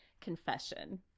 confession